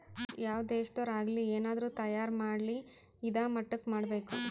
ಯಾವ್ ದೇಶದೊರ್ ಆಗಲಿ ಏನಾದ್ರೂ ತಯಾರ ಮಾಡ್ಲಿ ಇದಾ ಮಟ್ಟಕ್ ಮಾಡ್ಬೇಕು